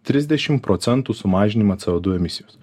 trisdešimt procentų sumažinimą co du emisijos